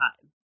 time